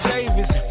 Davis